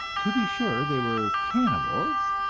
to be sure, they were cannibals,